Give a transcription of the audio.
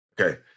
Okay